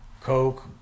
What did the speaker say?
Coke